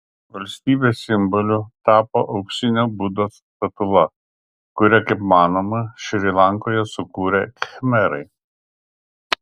valstybės simboliu tapo auksinio budos statula kurią kaip manoma šri lankoje sukūrė khmerai